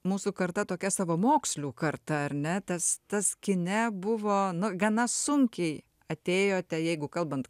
mūsų karta tokia savamokslių karta ar ne tas tas kine buvo nu gana sunkiai atėjote jeigu kalbant